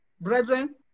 Brethren